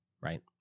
right